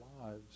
lives